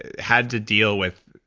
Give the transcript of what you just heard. ah had to deal with,